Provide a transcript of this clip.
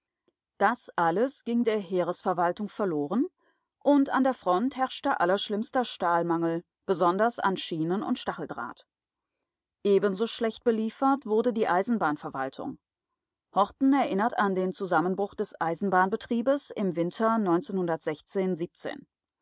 das alles ging der heeresverwaltung verloren und an der front herrschte allerschlimmster stahlmangel besonders an schienen und stacheldraht ebenso schlecht beliefert wurde die eisenbahnverwaltung horten erinnert an den zusammenbruch des eisenbahnbetriebes im winter